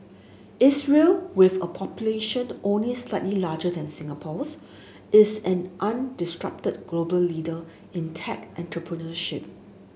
Israel with a population only slightly larger than Singapore's is an undisputed global leader in tech entrepreneurship